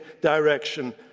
direction